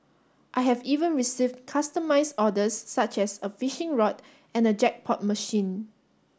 I have even received customised orders such as a fishing rod and a jackpot machine